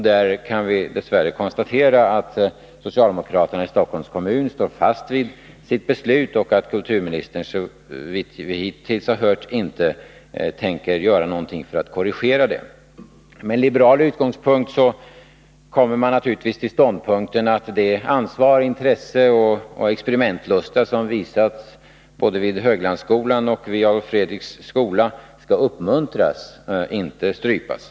Där kan vi dess värre konstatera att socialdemokraterna i Stockholms kommun står fast vid sitt beslut, och att kulturministern, såvitt vi hittills hört, inte tänker göra någonting för att korrigera det. Med en liberal utgångspunkt kommer man naturligtvis till ståndpunkten att det ansvar, det intresse och den experimentlusta som visats både vid Höglandsskolan och i Adolf Fredriks musikskola skall uppmuntras och inte strypas.